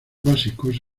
básicos